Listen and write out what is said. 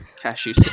Cashew